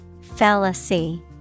Fallacy